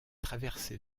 traversé